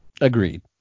agreed